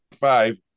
five